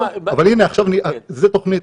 הנה, עכשיו זאת תוכנית.